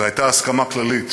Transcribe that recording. והייתה הסכמה כללית